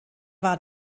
war